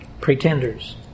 Pretenders